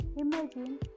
Imagine